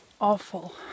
awful